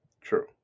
True